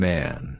Man